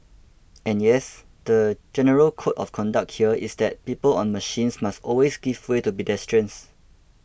and yes the general code of conduct here is that people on machines must always give way to pedestrians